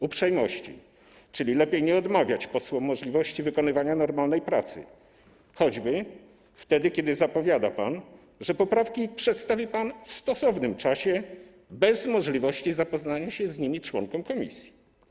Uprzejmości, czyli lepiej nie odmawiać posłom możliwości wykonywania normalnej pracy, choćby wtedy kiedy zapowiada pan, że poprawki przedstawi pan w stosownym czasie, bez możliwości zapoznania się z nimi przez członków komisji.